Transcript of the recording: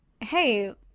hey